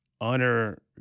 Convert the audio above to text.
Honor